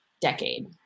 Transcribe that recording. decade